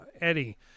Eddie